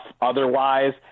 otherwise